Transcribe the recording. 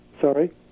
sorry